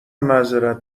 معذرت